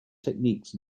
techniques